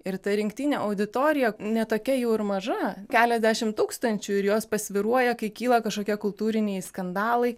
ir ta rinktinė auditorija ne tokia jau ir maža keliasdešimt tūkstančių ir jos pasvyruoja kai kyla kažkokie kultūriniai skandalai